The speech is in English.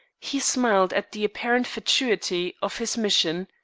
he smiled at the apparent fatuity of his mission.